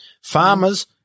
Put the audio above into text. farmers